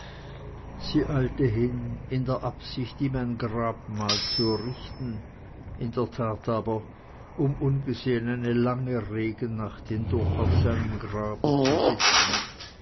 sie eilte hin in der absicht ihm ein grabmal zu errichten in der tat aber um ungesehen eine lange regennacht hindurch auf seinem grabe zu sitzen